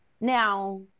now